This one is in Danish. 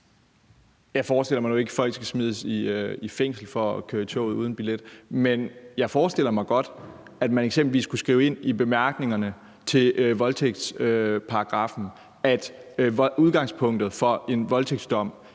Jeg forestiller mig nu ikke, at folk skal smides i fængsel for at køre i tog uden billet. Men jeg forestiller mig godt, at man eksempelvis kunne skrive ind i bemærkningerne til voldtægtsparagraffen, at udgangspunktet for en voldtægtsdom